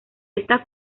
esta